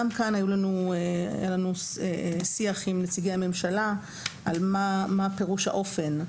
גם כאן היה לנו שיח עם נציגי הממשלה על פירוש האופן.